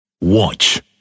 Watch